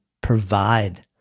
provide